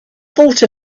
thought